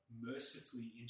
mercifully